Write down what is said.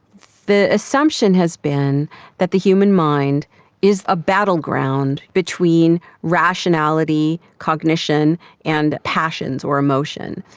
the assumption has been that the human mind is a battleground between rationality, cognition and passions or emotion.